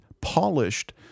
polished